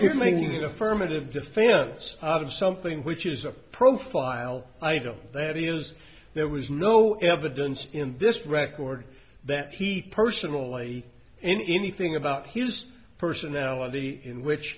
you're making an affirmative defense out of something which is a profile i don't that is there was no evidence in this record that he personally anything about his personality in which